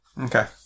Okay